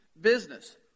business